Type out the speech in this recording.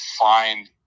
find –